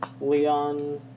Leon